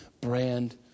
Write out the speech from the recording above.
brand